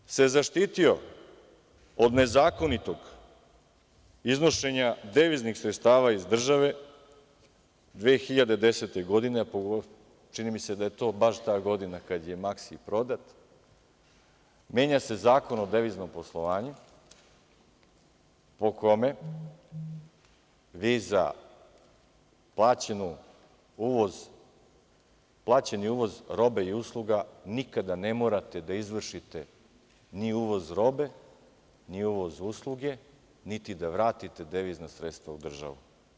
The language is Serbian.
Da bi se zaštitio od nezakonitog iznošenja deviznih sredstava iz države 2010. godine, čini mi se da je to baš ta godina kad je „Maksi“ prodat, menja se Zakon o deviznom poslovanju, po kome vi za plaćeni uvoz robe i usluga nikada ne morate da izvršite ni uvoz robe, ni uvoz usluge, niti da vratite devizna sredstva u državu.